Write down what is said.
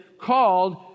called